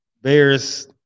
Bears